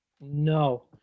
No